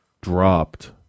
dropped